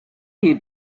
you